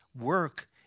work